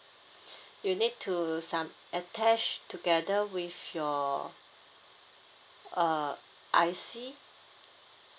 you need to subm~ attach together with your uh I_C